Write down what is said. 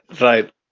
Right